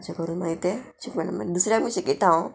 म्हजे करून मागीर तें म्हणजे दुसऱ्या बी शिकयता हांव